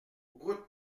route